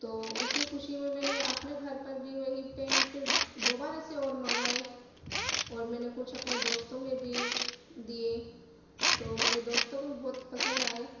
تو اسی خوشی میں نے اپنے گھر پر بھی وہی پین پھر دوبارہ سے اور منگائے اور میں نے کچھ اپنے دوستوں میں بھی دیے تو میرے دوستوں کو بھی بہت پسند آئے